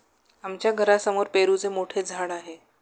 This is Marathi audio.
आमच्या घरासमोर पेरूचे मोठे झाड आहे